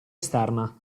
esterna